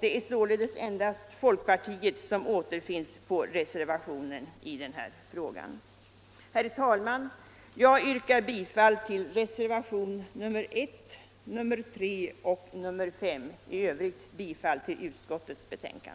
Det är således endast folkpartiet som återfinns på reservationen i denna fråga. Herr talman! Jag yrkar bifall till reservationerna 1, 3 och 5 samt i övrigt bifall till utskottets hemställan.